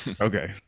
Okay